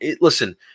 Listen